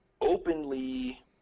openly